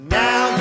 now